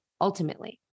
ultimately